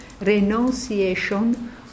renunciation